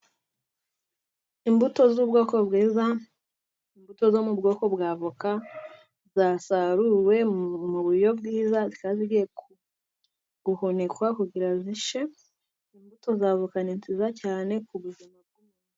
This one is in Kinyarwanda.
Imbuto z'ubwoko bwiza, imbuto zo mu bwoko bwa avoka, zasaruwe mu buryo bwiza, zikaba zigiye guhunikwa kugirango zishe. Imbuto za avoka nziza cyane ku buzima bw'umuntu.